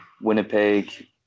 Winnipeg